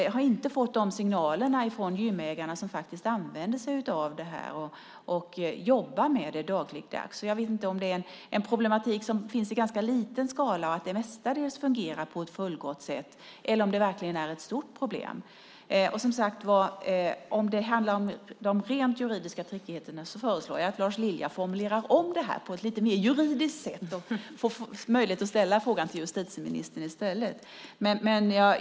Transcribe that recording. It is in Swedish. Jag har inte fått sådana signaler från de gymägare som använder sig av det här och jobbar med det dagligdags. Jag vet inte om det är en problematik som finns i ganska liten skala och att det mestadels fungerar på ett fullgott sätt eller om det verkligen är ett stort problem. Om det handlar om de rent juridiska trickigheterna föreslår jag att Lars Lilja formulerar om interpellationen på ett lite mer juridiskt sätt och får möjlighet att ställa frågan till justitieministern i stället.